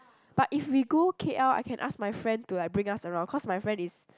but if we go K_L I can ask my friend to like bring us around cause my friend is